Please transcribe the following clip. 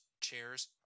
chairs